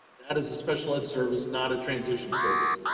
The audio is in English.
that is a special ed service not a transition service.